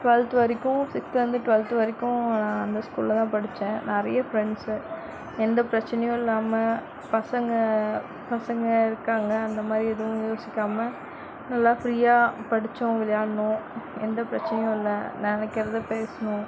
twelfth வரைக்கும் சிக்ஸ்த்துலேந்து twelfth வரைக்கும் அந்த ஸ்கூலில் தான் படித்தேன் நிறைய ஃபிரண்ட்ஸு எந்த பிரச்சனையும் இல்லாமல் பசங்கள் பசங்கள் இருக்காங்க அந்தமாதிரி எதுவும் யோசிக்காமல் நல்லா ஃபிரீயாக படித்தோம் விளையாண்டோம் எந்த பிரச்சனையும் இல்லை நினைக்குறத பேசினோம்